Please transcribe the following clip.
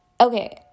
Okay